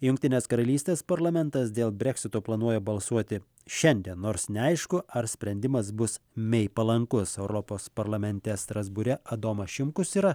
jungtinės karalystės parlamentas dėl breksito planuoja balsuoti šiandien nors neaišku ar sprendimas bus mei palankus europos parlamente strasbūre adomas šimkus yra